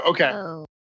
Okay